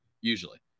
usually